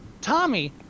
Tommy